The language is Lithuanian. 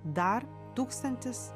dar tūkstantis